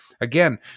again